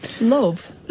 Love